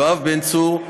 יואב בן צור,